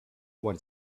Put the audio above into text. what